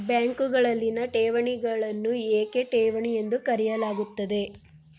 ಬ್ಯಾಂಕುಗಳಲ್ಲಿನ ಠೇವಣಿಗಳನ್ನು ಏಕೆ ಠೇವಣಿ ಎಂದು ಕರೆಯಲಾಗುತ್ತದೆ?